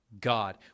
God